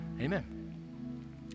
Amen